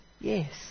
yes